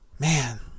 Man